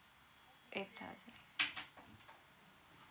eight thousand